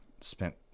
spent